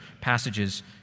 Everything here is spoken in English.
passages